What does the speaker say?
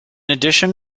addition